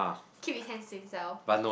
keep his hands to himself